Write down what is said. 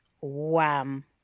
Wham